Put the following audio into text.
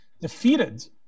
defeated